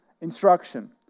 instruction